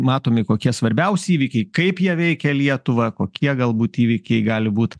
matomi kokie svarbiausi įvykiai kaip jie veikia lietuvą kokie galbūt įvykiai gali būt